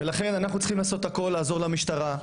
אנחנו צריכים לעשות הכל כדי לעזור למשטרה,